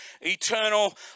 eternal